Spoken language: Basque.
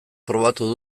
probatuko